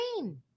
Green